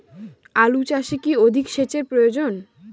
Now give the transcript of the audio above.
আলু চাষে কি অধিক সেচের প্রয়োজন?